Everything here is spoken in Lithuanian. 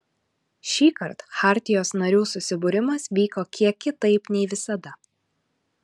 šįkart chartijos narių susibūrimas vyko kiek kitaip nei visada